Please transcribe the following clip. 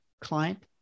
client